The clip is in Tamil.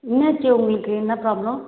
என்னாச்சு உங்களுக்கு என்ன ப்ராப்ளம்